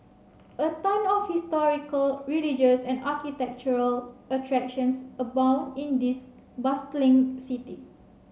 a ton of historical religious and architectural attractions abound in this bustling city